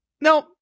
No